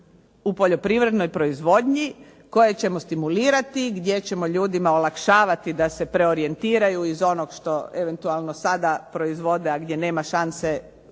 u poljoprivrednoj proizvodnji koje ćemo stimulirati, gdje ćemo ljudima olakšavati da se preorijentiraju iz onog što eventualno sada proizvode, a gdje nema šanse biti